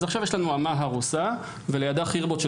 אז עכשיו יש לנו אמה הרוסה ולידה חרבות של